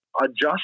Adjust